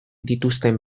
dituzten